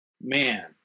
man